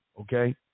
okay